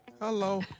Hello